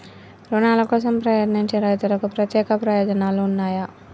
రుణాల కోసం ప్రయత్నించే రైతులకు ప్రత్యేక ప్రయోజనాలు ఉన్నయా?